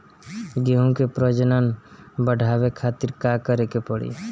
गेहूं के प्रजनन बढ़ावे खातिर का करे के पड़ी?